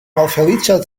malfeliĉa